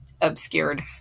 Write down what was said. obscured